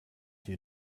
you